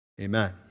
amen